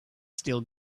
still